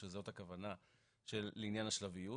שזאת הכוונה לעניין השלביות.